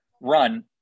run